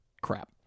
crap